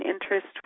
interest